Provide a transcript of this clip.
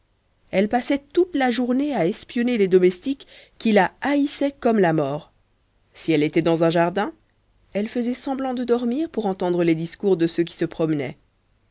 elle passait toute la journée à espionner les domestiques qui la haïssaient comme la mort si elle était dans un jardin elle faisait semblant de dormir pour entendre les discours de ceux qui se promenaient